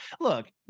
Look